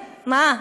מה?